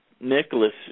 Nicholas